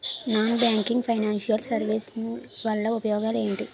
Non banking financial services వల్ల ఉపయోగాలు ఎంటి?